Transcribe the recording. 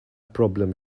problem